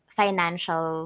financial